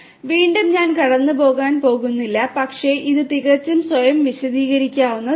അതിനാൽ വീണ്ടും ഞാൻ കടന്നുപോകാൻ പോകുന്നില്ല പക്ഷേ ഇത് തികച്ചും സ്വയം വിശദീകരിക്കുന്നതാണ്